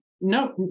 No